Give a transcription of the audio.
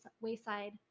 wayside